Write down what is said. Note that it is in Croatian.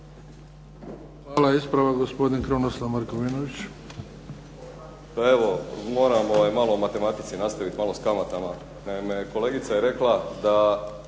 Hvala. Ispravak gospodin Krunoslav Markovinović.